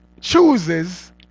chooses